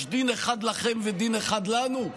יש דין אחד לכם ודין אחד לנו?